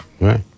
Right